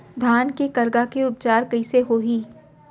धान के करगा के उपचार कइसे होही?